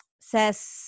says